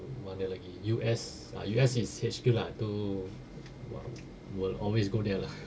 mana lagi U_S ah U_S is H_Q lah to will always go there lah